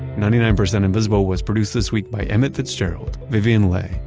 ninety nine percent invisible was produced this week by emmett fitzgerald, vivian le,